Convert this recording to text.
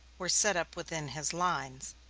were set up within his lines,